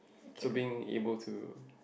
to being able to